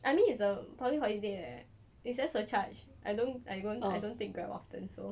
I mean it's a public holiday leh is there surcharge I don't I don't take grab often so